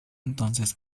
entonces